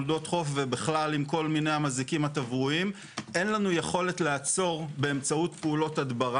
הזה ומגדילה את שטחה ומתחילה לפעול על פני